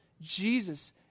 Jesus